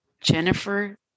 Jennifer